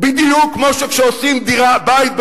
בדיוק כמו שכשעושים בית